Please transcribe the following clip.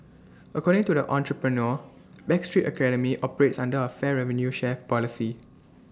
according to the entrepreneur backstreet academy operates under A fair revenue share policy